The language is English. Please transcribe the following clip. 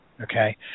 okay